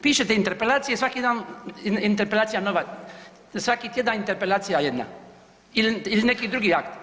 Pišete interpelacije svaki dan interpelacija nova, svaki tjedan interpelacija jedna ili neki drugi akt.